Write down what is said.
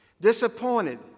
Disappointed